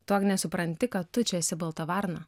tu agne supranti kad tu čia esi balta varna